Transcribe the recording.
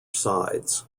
sides